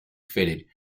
fitted